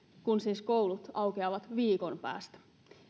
kun siis koulut aukeavat viikon päästä